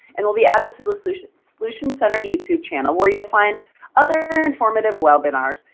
and will be added to the solutions solutions center youtube channel, where you will find other informative webinars,